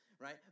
right